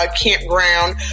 Campground